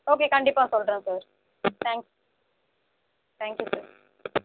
okay கண்டிப் கண்டிப்பாக சொல்றேன் sir thanks thank you sir